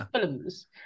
films